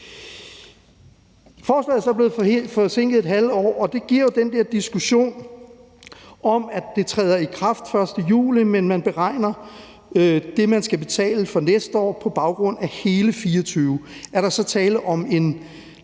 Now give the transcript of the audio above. Forslaget er så blevet forsinket et halvt år, og det giver jo den der diskussion om, at det træder i kraft den 1. juli, men at man beregner det, der skal betales for næste år, på baggrund af hele 2024. Er der så tale om en